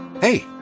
Hey